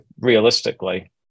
realistically